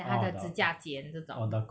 then 他的指甲剪这种